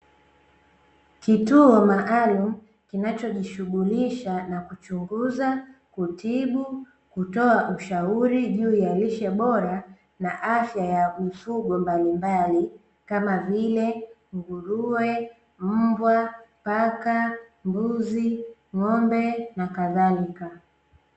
Kituo maalum kinachojishughulisha na kuchunguza, kutibu, kutoa ushauri juu ya lishe bora na afya ya mifugo mabalimbali kama vile nguruwe, mbwa, paka, mbuzi, ng'ombe na kadhalika.